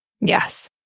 Yes